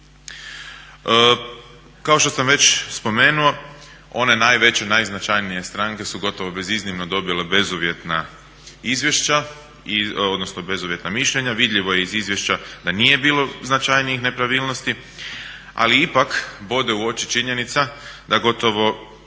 Kao što sam već spomenuo one najveće, najznačajnije stranke su gotovo beziznimno dobile bezuvjetna izvješća odnosno bezuvjetna mišljenja. Vidljivo je iz izvješća da nije bilo značajnijih nepravilnosti ali ipak bode u oči činjenica da gotovo